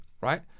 right